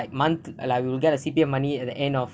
like month like we will get the C_P_F money at the end of